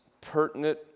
pertinent